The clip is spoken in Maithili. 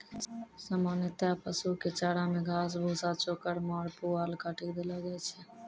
सामान्यतया पशु कॅ चारा मॅ घास, भूसा, चोकर, माड़, पुआल काटी कॅ देलो जाय छै